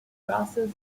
crosses